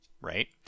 right